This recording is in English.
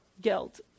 guilt